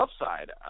upside